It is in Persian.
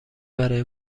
برای